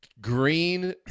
Green